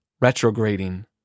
retrograding